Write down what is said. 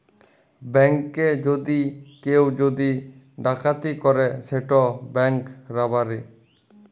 ব্যাংকে যদি কেউ যদি ডাকাতি ক্যরে সেট ব্যাংক রাবারি